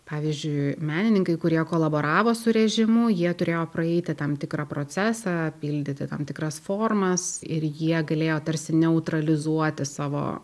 pavyzdžiui menininkai kurie kolaboravo su režimu jie turėjo praeiti tam tikrą procesą pildyti tam tikras formas ir jie galėjo tarsi neutralizuoti savo